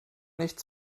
nicht